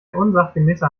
unsachgemäßer